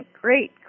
great